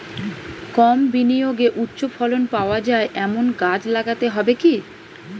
কম বিনিয়োগে উচ্চ ফলন পাওয়া যায় এমন গাছ লাগাতে হবে কি?